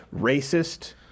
racist